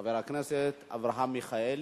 חבר הכנסת אברהם מיכאלי,